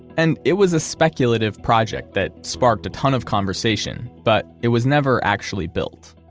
and it was a speculative project that sparked a ton of conversation, but it was never actually built